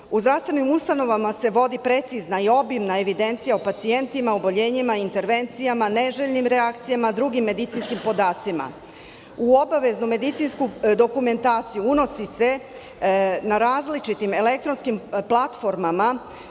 zdravstvenim ustanovama se vodi precizna i obimna evidencija o pacijentima, oboljenjima, intervencijama, neželjenim reakcijama, drugim medicinskim podacima. U obaveznu medicinsku dokumentaciju unosi se na različitim elektronskim platformama